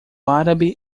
árabe